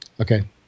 Okay